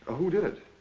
who did it?